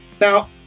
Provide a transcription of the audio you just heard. now